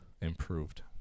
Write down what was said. improved